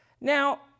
Now